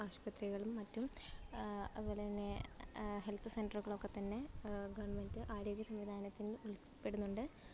ആശുപത്രികളും മറ്റും അതുപോലെ തന്നെ ഹെൽത്ത് സെൻ്ററുകളൊക്കെ തന്നെ ഗവൺമെൻറ്റ് ആരോഗ്യ സംവിധാനത്തിൽ ഉൾപ്പെടുന്നുണ്ട്